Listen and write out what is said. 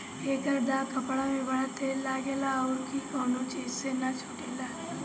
एकर दाग कपड़ा में बड़ा तेज लागेला जउन की कवनो चीज से ना छुटेला